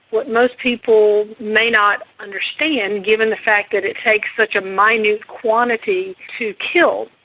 what most people may not understand, given the fact that it takes such a minute quantity to kill,